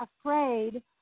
afraid